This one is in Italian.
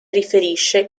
riferisce